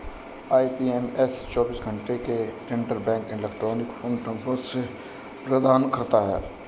IMPS चौबीस घंटे की इंटरबैंक इलेक्ट्रॉनिक फंड ट्रांसफर सेवा प्रदान करता है